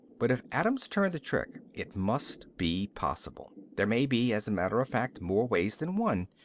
but if adams turned the trick, it must be possible. there may be, as a matter of fact, more ways than one.